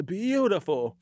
beautiful